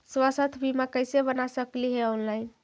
स्वास्थ्य बीमा कैसे बना सकली हे ऑनलाइन?